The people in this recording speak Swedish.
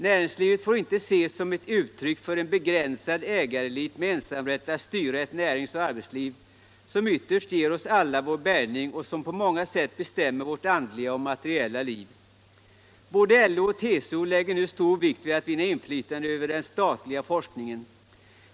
Näringslivet får inte ses som uttryck för en begränsad ägarelit med ensamrätt att styra ett näringsoch arbetsliv, som ytterst ger oss alla vår bärgning och som på många sätt bestämmer vårt andliga och materiella liv. Både LO och TCO lägger nu stor vikt vid att vinna inflytande över den statliga forskningen.